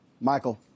Michael